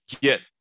get